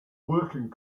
working